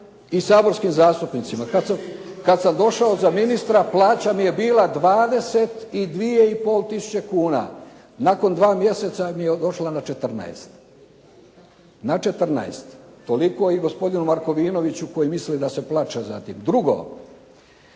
i saborskim zastupnicima. Kada sam došao za ministra plaća mi je bila 22,5 tisuće kuna. Nakon dva mjeseca mi je došla na 14. toliko i gospodinu Markovinoviću koji misli da se plače za tim. Drugo.